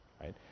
right